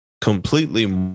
completely